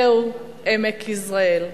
זהו עמק יזרעאל.